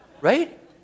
Right